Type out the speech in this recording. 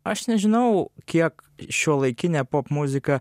aš nežinau kiek šiuolaikinė popmuzika